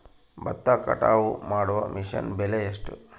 ಭತ್ತ ಕಟಾವು ಮಾಡುವ ಮಿಷನ್ ಬೆಲೆ ಎಷ್ಟು?